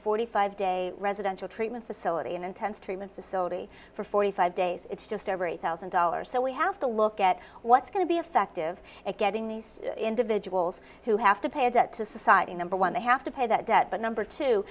forty five day residential treatment facility and intense treatment facility for forty five days it's just over a thousand dollars so we have to look at what's going to be effective at getting these individuals who have to pay a debt to society number one they have to pay that debt but number two